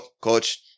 Coach